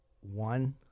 one